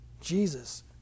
Jesus